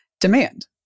demand